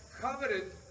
coveted